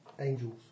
angels